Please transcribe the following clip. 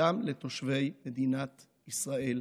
גם לתושבי מדינת ישראל.